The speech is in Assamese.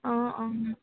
অঁ